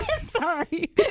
Sorry